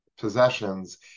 possessions